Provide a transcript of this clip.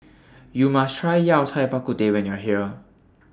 YOU must Try Yao Cai Bak Kut Teh when YOU Are here